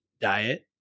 diet